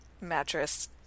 mattress